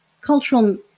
cultural